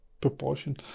proportion